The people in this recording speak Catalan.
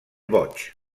boig